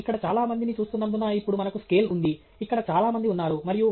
మీరు ఇక్కడ చాలా మందిని చూస్తున్నందున ఇప్పుడు మనకు స్కేల్ ఉంది ఇక్కడ చాలా మంది ఉన్నారు